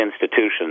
institutions